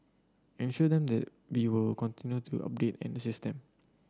ensured them that we will continue to update and assist them